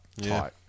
tight